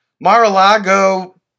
Mar-a-Lago